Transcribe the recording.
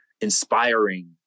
inspiring